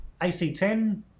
AC10